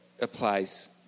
applies